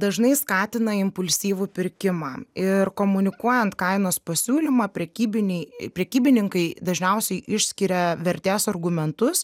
dažnai skatina impulsyvų pirkimą ir komunikuojant kainos pasiūlymą prekybiniai prekybininkai dažniausiai išskiria vertės argumentus